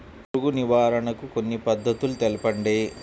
పురుగు నివారణకు కొన్ని పద్ధతులు తెలుపండి?